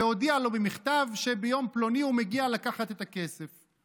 והודיע לו במכתב שביום פלוני הוא מגיע לקחת את הכסף.